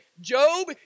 Job